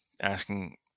asking